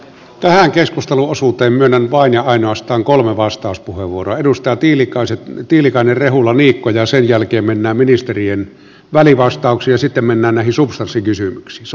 tähän keskusteluosuuteen myönnän vain ja ainoastaan kolme vastauspuheenvuoroa edustajat tiilikainen rehula niikko ja sen jälkeen mennään ministerien välivastauksiin ja sitten mennään näihin substanssikysymyksiin